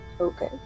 Okay